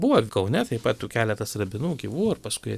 buvo kaune taip pat tų keletas rabinų gyvų ir paskui